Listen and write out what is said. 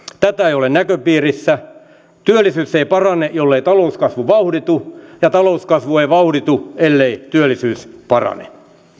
tätä ei ole näköpiirissä työllisyys ei parane jollei talouskasvu vauhditu ja talouskasvu ei vauhditu ellei työllisyys parane